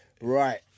right